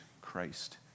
Christ